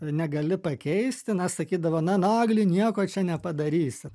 negali pakeisti na sakydavo na nagli nieko čia nepadarysi